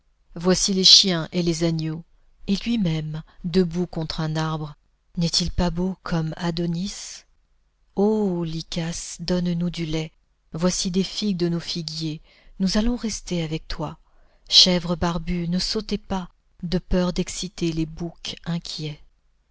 voici les chiens et les agneaux et lui-même debout contre un arbre n'est-il pas beau comme adonis ô lykas donne-nous du lait voici des figues de nos figuiers nous allons rester avec toi chèvres barbues ne sautez pas de peur d'exciter les boucs inquiets